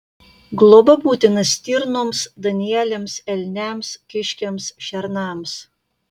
globa būtina stirnoms danieliams elniams kiškiams šernams